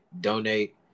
donate